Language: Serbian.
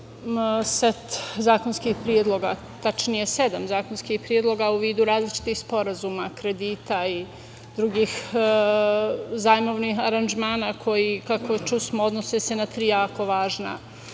set zakonskih predloga, tačnije sedam zakonskih predloga u vidu različitih sporazuma, kredita i drugih zajmovnih aranžmana koji kako smo čuli se odnose na tri jako važna